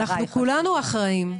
כולנו אחראיים,